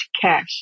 cash